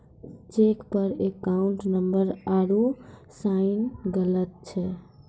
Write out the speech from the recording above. cheque पर account number आरू sign गलत छौ